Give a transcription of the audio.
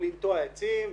לנטוע עצים,